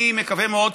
אני מקווה מאוד,